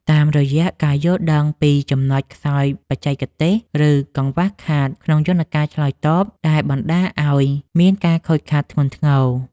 តាមរយៈការយល់ដឹងពីចំណុចខ្សោយបច្ចេកទេស ឬកង្វះខាតក្នុងយន្តការឆ្លើយតបដែលបណ្តាលឱ្យមានការខូចខាតធ្ងន់ធ្ងរ។